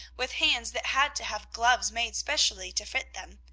with hands that had to have gloves made specially to fit them,